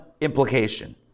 implication